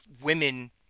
women